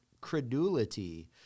credulity